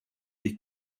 die